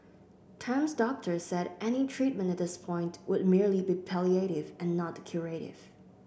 Tam's doctor said any treatment at this point would merely be palliative and not curative